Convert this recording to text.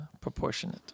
proportionate